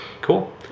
Cool